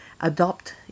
adopt